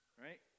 Right